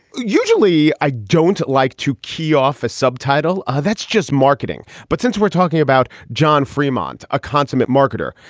usually i don't like to key off a subtitle. that's just marketing. but since we're talking about john fremont, a consummate marketer,